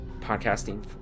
podcasting